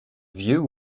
vieux